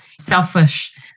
selfish